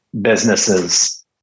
businesses